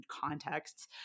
contexts